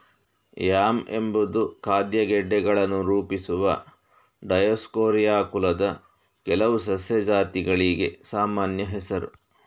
yam ಎಂಬುದು ಖಾದ್ಯ ಗೆಡ್ಡೆಗಳನ್ನು ರೂಪಿಸುವ ಡಯೋಸ್ಕೋರಿಯಾ ಕುಲದ ಕೆಲವು ಸಸ್ಯ ಜಾತಿಗಳಿಗೆ ಸಾಮಾನ್ಯ ಹೆಸರು